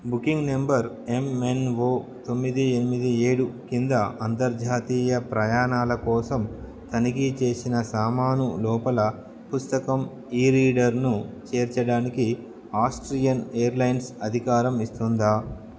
booking number M N O తొమ్మిది ఎనిమిది ఏడు కింద అంతర్జాతీయ ప్రయాణాల కోసం తనిఖీ చేసిన సామాను లోపల పుస్తకం ఈ రీడర్ను చేర్చడానికి ఆస్ట్రియన్ ఎయిర్లైన్స్ అధికారం ఇస్తుందా